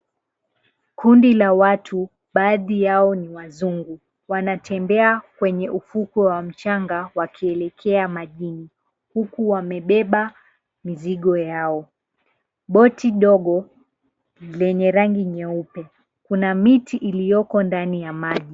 Kundi la watu baadhi yao ni wazungu wanatembea kwenye ufukwe wa mchanga wakielekea majini huku wamebeba mizigo yao. Boti dogo lenye rangi nyeupe. Kuna miti iliyoko ndani ya maji.